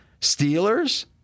Steelers